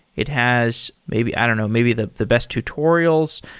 it has maybe i don't know, maybe the the best tutorials.